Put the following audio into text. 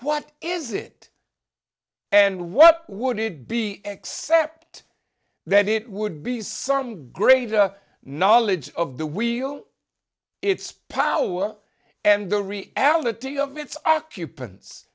what is it and what would it be except that it would be some greater knowledge of the wheel its power and the reality of its occupants